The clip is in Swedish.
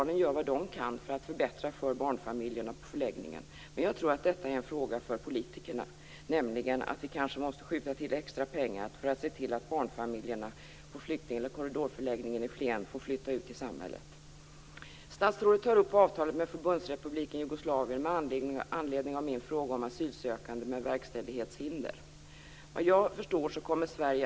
Det är självklart att dessa familjer behöver ha en trygg och säker tillvaro under den tid de väntar på besked i tillståndsfrågan. Flertalet förläggningsplatser finns i vanliga lägenheter med självhushåll, och det är också en strävan från Invandrarverket att placera barnfamiljer i lägenhetsboende.